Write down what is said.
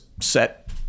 set